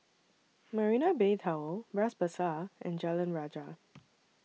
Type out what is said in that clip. Marina Bay Tower Bras Basah and Jalan Rajah